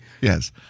Yes